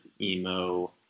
emo